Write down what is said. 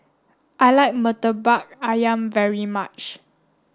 I like Murtabak Ayam very much